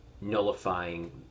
nullifying